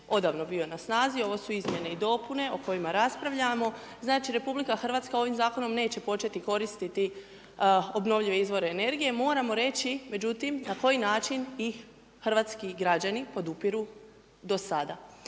odavno bio na snazi, ovo su izmjene i dopune o kojima raspravljamo. Znači RH ovim zakonom neće početi koristiti obnovljive izvore energije, moramo reći međutim na koji način ih hrvatski građani podupiru do sada.